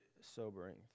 sobering